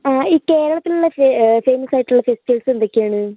ഈ കേരളത്തിലുള്ള ഫേമസ് ആയിട്ടുള്ള ഫെസ്റ്റിവൽസ് എന്തൊക്കെയാണ്